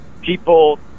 people